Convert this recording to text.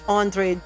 andre